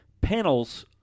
panels